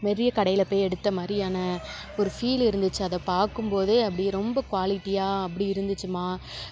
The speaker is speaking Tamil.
பெரிய கடையில போய் எடுத்த மாரியான ஒரு ஃபீல் இருந்துச்சு அதை பார்க்கும் போதே அப்படியே ரொம்ப குவாலிட்டியாக அப்படி இருந்துச்சுமா